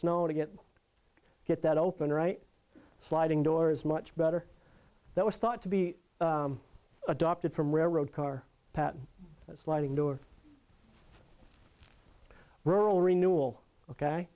snow to get get that open right sliding door is much better that was thought to be adopted from railroad car patent sliding door rural renewal ok